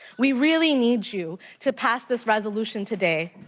we really need you to pass this resolution today.